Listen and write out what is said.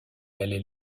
allait